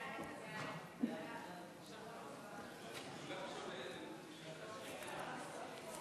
חוק החברות (תיקון מס' 27), התשע"ו 2016, נתקבל.